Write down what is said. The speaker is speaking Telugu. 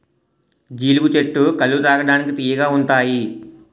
జీలుగు చెట్టు కల్లు తాగడానికి తియ్యగా ఉంతాయి